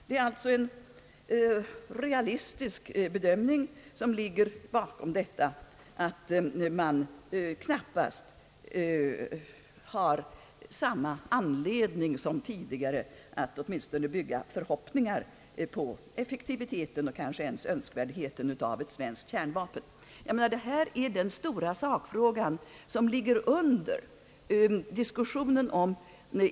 Det är alltså en realistisk bedömning som ligger bakom resonemanget att man knappast har samma anledning som tidigare att bygga beslut på förhoppningar om effektiviteten — och kanske ens önskvärdheten — av ett svenskt kärnvapen. Detta är den stora fråga som ligger under vår diskussion.